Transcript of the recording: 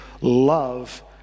love